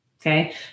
okay